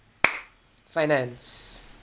finance